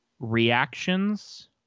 reactions